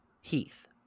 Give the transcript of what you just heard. Heath